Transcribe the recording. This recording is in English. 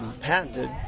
Patented